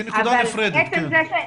כנקודה נפרדת, כן.